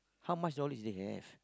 how much knowledge they have